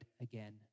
again